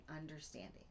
understanding